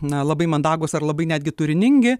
na labai mandagūs ar labai netgi turiningi